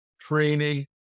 training